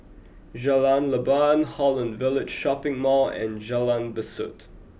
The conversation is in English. Jalan Leban Holland Village Shopping Mall and Jalan Besut